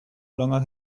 longer